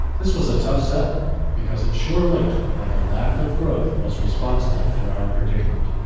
this was a tough sell because it sure looked like a lack of growth was responsible for our predicament.